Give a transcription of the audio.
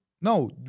No